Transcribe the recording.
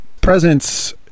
presence